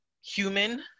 human